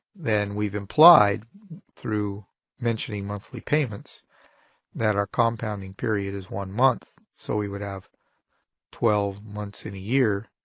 then we've implied through mentioning monthly payments that our compounding period is one month so we would have twelve months in a year